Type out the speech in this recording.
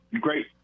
great